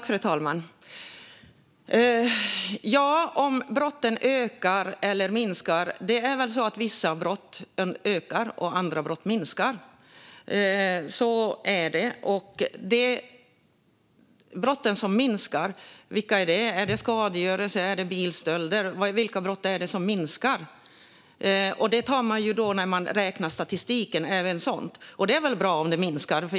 Fru talman! Frågan är om antalet brott ökar eller minskar. Vissa brott ökar, och andra minskar. Vilka brott är det som minskar? Är det skadegörelse? Är det bilstölder? I statistiken räknas även sådant med. Det är bra om antalet brott minskar.